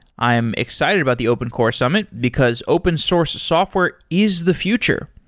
i am excited about the open core summit, because open source software is the future.